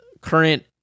current